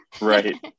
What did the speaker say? Right